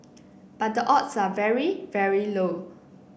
but the odds are very very low